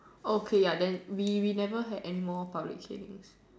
oh okay ya then we we never had anymore public Canings